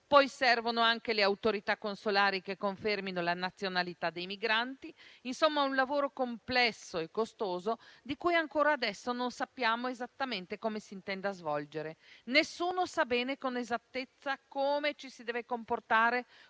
poi servono anche le autorità consolari che confermino la loro nazionalità. Insomma, è un lavoro complesso e costoso che ancora adesso non sappiamo esattamente come si intenda svolgere. Nessuno sa bene con esattezza come ci si debba comportare